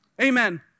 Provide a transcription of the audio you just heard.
Amen